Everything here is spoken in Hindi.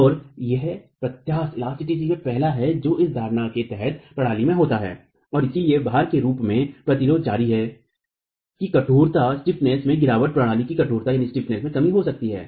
और यह प्रत्यास्थता में पहला है जो इस धारणा के तहत प्रणाली में होता है और इसिलए भार के रूप में प्रतिरोध जारी है कि कठोरता में गिरावट प्रणाली की कठोरता में कमी हो सकती है